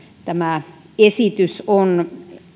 tämä esitys on